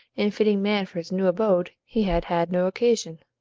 in fitting man for his new abode, he had had no occasion.